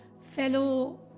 fellow